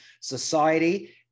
Society